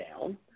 down